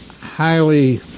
highly